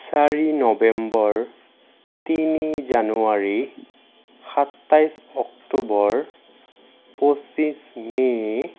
চাৰি নৱেম্বৰ তিনি জানুৱাৰী সাতাইছ অক্টোবৰ পঁচিশ মে'